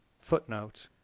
footnote